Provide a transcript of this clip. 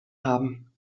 haben